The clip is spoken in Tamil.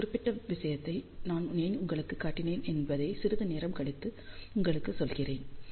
இந்த குறிப்பிட்ட விஷயத்தை நான் ஏன் உங்களுக்குக் காட்டினேன் என்பதை சிறிது நேரம் கழித்து உங்களுக்குச் சொல்கிறேன்